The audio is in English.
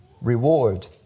reward